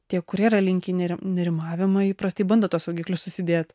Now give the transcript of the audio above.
tie kurie yra linkę neri nerimavimą įprastai bando tuos saugiklius susidėt